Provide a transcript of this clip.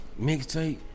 mixtape